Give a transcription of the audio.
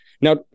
now